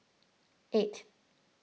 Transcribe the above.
eight